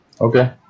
okay